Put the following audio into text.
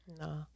No